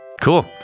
Cool